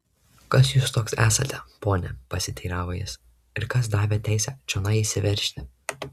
kas jūs toks esate pone pasiteiravo jis ir kas davė teisę čionai įsiveržti